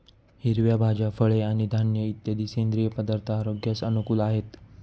हिरव्या भाज्या, फळे आणि धान्य इत्यादी सेंद्रिय पदार्थ आरोग्यास अनुकूल आहेत